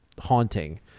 haunting